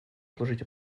служить